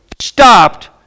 stopped